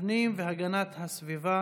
הפנים והגנת הסביבה